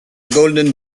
golden